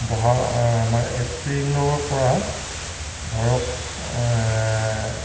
বহা আমাৰ এপ্ৰিলৰ পৰা ধৰক